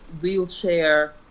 wheelchair